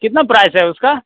कितना प्राइस है उसका